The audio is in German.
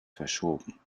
verschoben